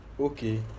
okay